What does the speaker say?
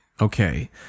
Okay